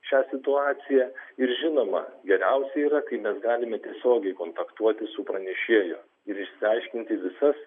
šią situaciją ir žinoma geriausia yra kai mes galime tiesiogiai kontaktuoti su pranešėju ir išsiaiškinti visas